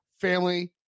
family